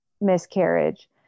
miscarriage